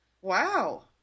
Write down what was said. Wow